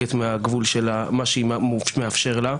חורגת מהגבול שמאפשר לה.